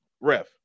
ref